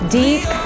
deep